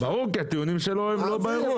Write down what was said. אביר קארה: ברור כי הטיעונים שלו הם לא באירוע.